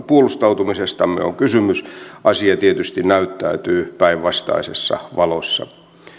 puolustautumisestamme on kysymys asia tietysti näyttäytyy päinvastaisessa valossa